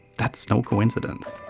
that's no coincidence.